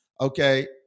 okay